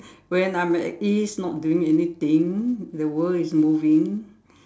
when I'm at ease not doing anything the world is moving